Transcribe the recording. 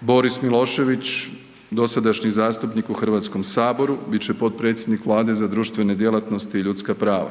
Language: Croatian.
Boris Milošević, dosadašnji zastupnik u HS-u bit će potpredsjednik Vlade za društvene djelatnosti i ljudska prava.